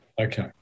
Okay